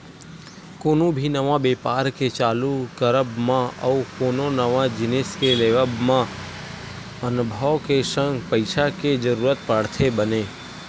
कोनो भी नवा बेपार के चालू करब मा अउ कोनो नवा जिनिस के लेवब म अनभव के संग पइसा के जरुरत पड़थे बने